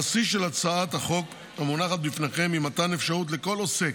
הבסיס של הצעת החוק המונחת בפניכם הוא מתן אפשרות לכל עוסק,